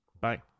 Bye